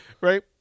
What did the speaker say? Right